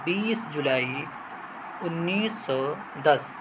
بیس جولائی اُنیس سو دس